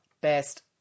best